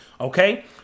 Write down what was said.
okay